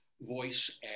voice